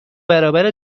برابر